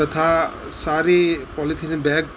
તથા સારી polythene bag